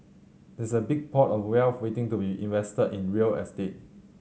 there's a big pot of wealth waiting to be invested in real estate